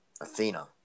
Athena